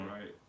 right